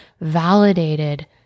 validated